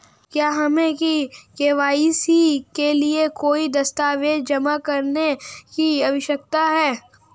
क्या हमें के.वाई.सी के लिए कोई दस्तावेज़ जमा करने की आवश्यकता है?